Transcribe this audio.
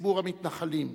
לציבור המתנחלים,